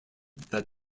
that